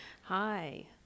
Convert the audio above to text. Hi